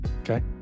Okay